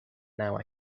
now